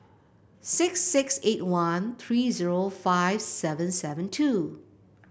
six six eight one three zero five seven seven two